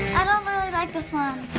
i don't really like this one.